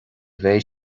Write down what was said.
bheidh